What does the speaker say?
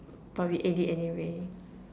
but we ate it anyway